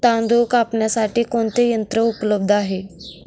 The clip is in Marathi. तांदूळ कापण्यासाठी कोणते यंत्र उपलब्ध आहे?